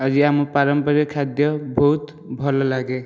ଆଜି ଆମ ପାରମ୍ପାରିକ ଖାଦ୍ୟ ବହୁତ ଭଲ ଲାଗେ